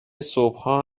صبحها